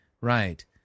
Right